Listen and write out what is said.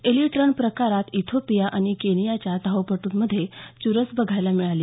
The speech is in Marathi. एलिट रन प्रकारात इथिओपिया आणि केनियाच्या धावपट्रंमध्ये चुरस बघायला मिळाली